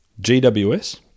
GWS